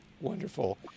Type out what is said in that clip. Wonderful